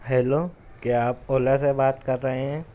hello کیا آپ اولا سے بات کر رہے ہیں